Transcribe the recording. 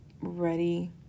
ready